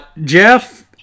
Jeff